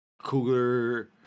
Cougar